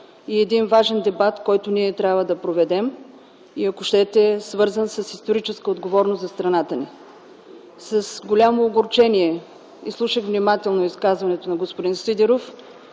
и един важен дебат, който ние трябва да проведем, ако щете свързан с историческа отговорност за страната ни. С голямо огорчение слушах внимателно изказването на господин Сидеров,